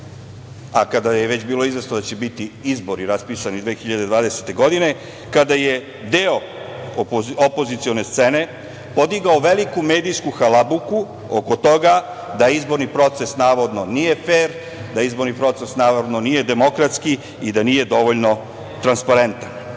kada je već bilo izvesno da će biti izbori raspisani 2020. godine, kada je deo opozicione scene podigao veliku medijsku halabuku oko toga da izborni proces navodno nije fer, da izborni proces naravno nije demokratski i da nije dovoljno transparentan. Kažem